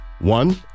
One